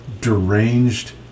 deranged